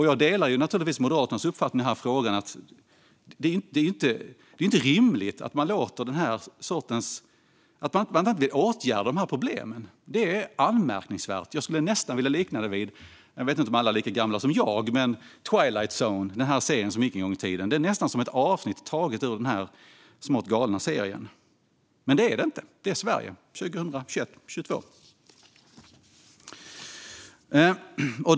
Jag delar naturligtvis Moderaternas uppfattning i frågan att det inte är rimligt att problemen inte åtgärdas. Det är anmärkningsvärt. Jag vet inte om alla är lika gamla som jag, men jag skulle vilja likna detta vid The Twilight Zone - en tv-serie som gick en gång i tiden. Det är nästan som ett avsnitt taget ur den smått galna serien. Men det är det inte, utan det är Sverige 2021-2022.